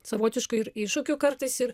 savotiškų ir iššūkių kartais ir